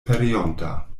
pereonta